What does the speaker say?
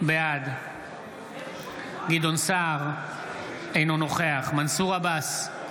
בעד גדעון סער, אינו נוכח מנסור עבאס,